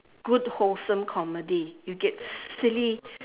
good wholesome comedy you get silly